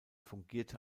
fungierte